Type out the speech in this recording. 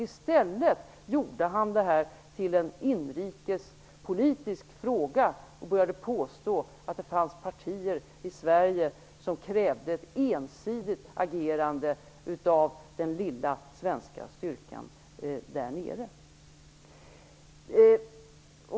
I stället gjorde han det här till en inrikespolitisk fråga och påstod att det fanns partier i Sverige som krävde ett ensidigt agerande av den lilla svenska styrkan där nere.